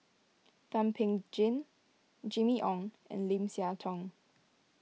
Thum Ping Tjin Jimmy Ong and Lim Siah Tong